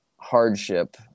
hardship